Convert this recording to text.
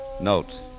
Note